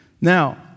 Now